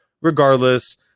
regardless